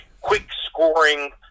quick-scoring